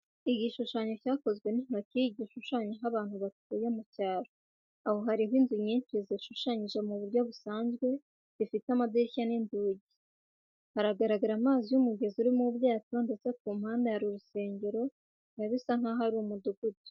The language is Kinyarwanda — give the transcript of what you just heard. Igishushanyo cyakozwe n’intoki gishushanya aho abantu batuye mu cyaro, aho hariho inzu nyinshi zishushanyije mu buryo busanzwe zifite amadirishya n’inzugi. Haragaragara amazi y’umugezi urimo ubwato ndetse ku mpande hari urusengero bikaba bisa nkaho ari umudugudu.